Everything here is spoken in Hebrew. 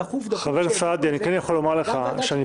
דחוף-דחוף הביאו את זה.